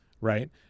Right